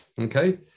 Okay